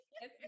Yes